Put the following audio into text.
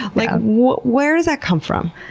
like ah where does that come from?